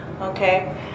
Okay